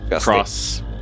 cross